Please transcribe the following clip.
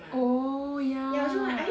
orh ya